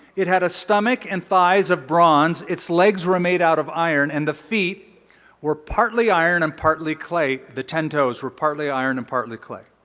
it had a stomach and thighs of bronze. its legs were made out of iron. and the feet were partly iron and partly clay the ten toes were partly iron and partly clay.